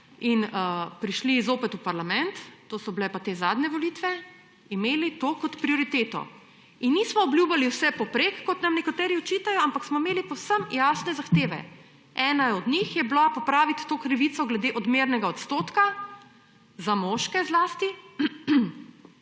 in prišli zopet v parlament, to so bile pa te zadnje volitve, imeli to kot prioriteto. In nismo obljubljali vse povprek, kot nam nekateri očitajo, ampak smo imeli povsem jasne zahteve. Ena od njih je bila popraviti to krivico glede odmernega odstotka za moške zlasti,